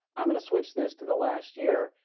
i'm going to switch this to the last year.